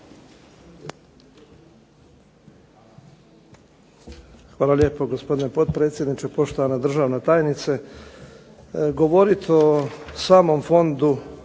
Hvala lijepo gospodine potpredsjedniče, poštovana državna tajnice. Govorit o samom fondu,